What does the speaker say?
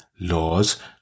Laws